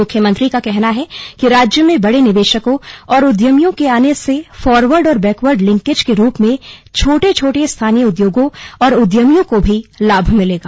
मुख्यमंत्री का कहना है कि राज्य में बड़े निवेशकों और उद्यमियों के आने से फारवर्ड और बैकवर्ड लिंकेज के रूप में छोटे छोटे स्थानीय उद्योगो और उद्यमियों को भी लाभ मिलेगा